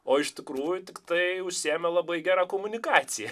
o iš tikrųjų tiktai užsiėmė labai gera komunikacija